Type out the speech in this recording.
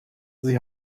sie